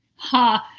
ha.